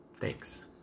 Thanks